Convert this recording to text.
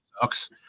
sucks